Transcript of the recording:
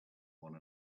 one